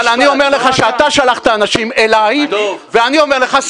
אבל אני אומר לך שאתה שלחת אנשים אליי ואני אומר לך,